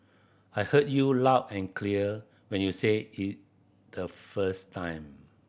I heard you loud and clear when you said it the first time